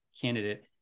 candidate